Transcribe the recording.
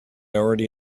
already